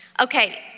Okay